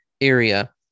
area